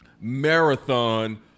marathon